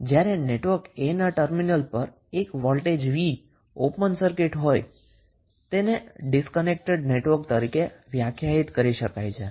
હવે જ્યારે network A ના ટર્મિનલ પર એક વોલ્ટેજ V ઓપન સર્કિટ હોય તો તેને ડિસ્કનેક્ટડ નેટવર્ક તરીકે વ્યાખ્યાયિત કરી શકાય છે